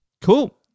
Cool